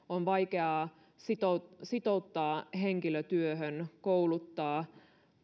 on vaikeaa sitouttaa sitouttaa henkilö työhön kouluttaa